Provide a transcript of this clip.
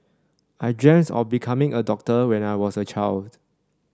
I of becoming a doctor when I was a child